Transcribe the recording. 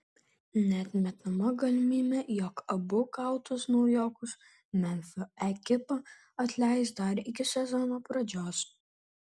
neatmetama galimybė jog abu gautus naujokus memfio ekipa atleis dar iki sezono pradžios